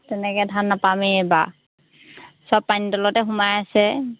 তেনেকৈ ধান নাপামেই এইবাৰ চব পানীৰ তলতে সোমাই আছে